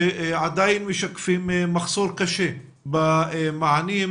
שעדיין משקפים מחסור קשה במענים,